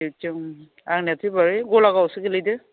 दिवथियावनो आंनियाथ' बाहाय गलागावआवसो गोलैदों